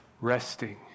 resting